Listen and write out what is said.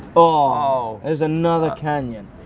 oh, there's another canyon,